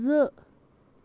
زٕ